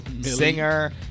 Singer